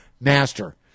master